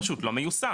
פשוט לא מיושם.